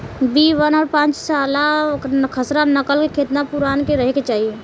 B one और पांचसाला खसरा नकल केतना पुरान रहे के चाहीं?